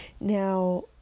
Now